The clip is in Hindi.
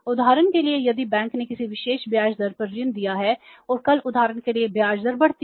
उदाहरण के लिए यदि बैंक ने किसी विशेष ब्याज दर पर ऋण दिया है और कल उदाहरण के लिए ब्याज दर बढ़ती है